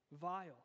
Vile